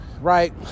Right